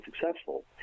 successful